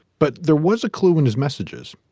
but there was a clue in his messages.